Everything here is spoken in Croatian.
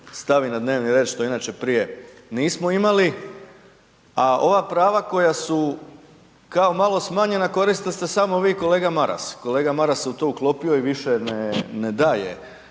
stavi na dnevni red što inače prije nismo imali. A ova prava koja su kao malo smanjena koriste se samo vi i kolega Maras. Kolega Maras se u to uklopio i više ne daje